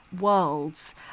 worlds